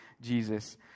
Jesus